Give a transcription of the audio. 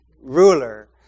ruler